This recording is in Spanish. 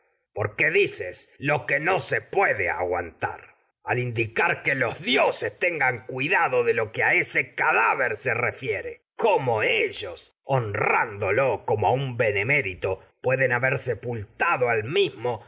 porque dices lo puede aguantar ese indicar que los dioses tengan cuidado de lo que a cadáver se refiere cómo ellos honrándolo como a un benemérito pueden haber nia a sepultado al mismo